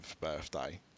birthday